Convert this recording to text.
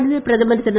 தொடர்ந்து பிரதமர் திரு